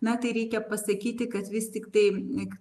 na tai reikia pasakyti kad vis tiktai